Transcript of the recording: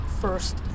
first